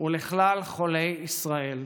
ולכלל חולי ישראל,